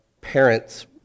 parents